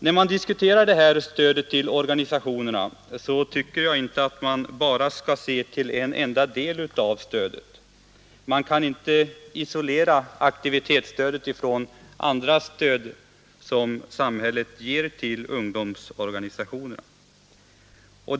När man diskuterar detta stöd till organisationerna tycker jag inte att man bara skall se till en enda del av stödet. Man kan inte isolera aktivitetsstödet från andra former av stöd som samhället ger till ungdomsorganisationerna.